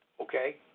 okay